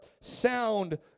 sound